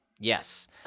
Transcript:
Yes